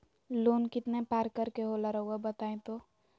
Loan कितने पारकर के होला रऊआ बताई तो?